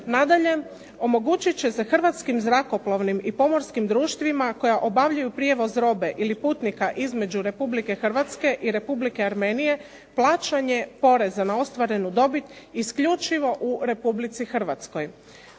Nadalje, omogućit će se hrvatskim zrakoplovnim i pomorskim društvima koja obavljaju prijevoz robe ili putnika između Republike Hrvatske i Republike Armenije plaćanje poreza na ostvarenu dobit isključivo u Republici Hrvatskoj.